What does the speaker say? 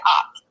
up